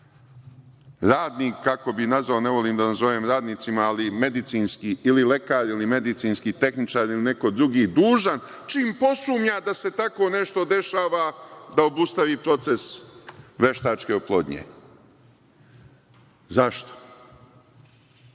radnik, kako bih nazvao, mada ne volim da ih zovem radnicima, ali medicinski tehničar ili lekar ili neko drugi, dužan čim posumnja da se tako nešto dešava, da obustavi proces veštačke oplodnje? Zašto?